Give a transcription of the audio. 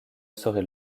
saurait